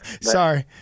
Sorry